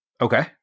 Okay